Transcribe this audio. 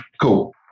Cool